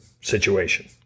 situation